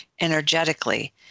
energetically